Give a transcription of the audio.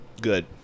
Good